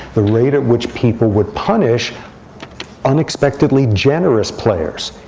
the rate at which people would punish unexpectedly generous players.